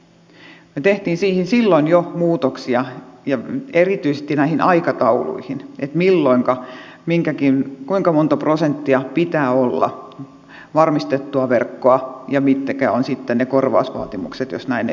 me teimme siihen silloin jo muutoksia ja erityisesti näihin aikatauluihin eli milloin ja kuinka monta prosenttia pitää olla varmistettua verkkoa ja mitkä ovat sitten ne korvausvaatimukset jos näin ei ole